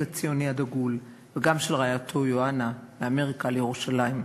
הציוני הדגול וגם של רעייתו יוענה מאמריקה לירושלים.